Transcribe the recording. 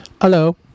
Hello